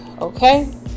okay